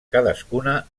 cadascuna